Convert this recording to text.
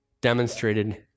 demonstrated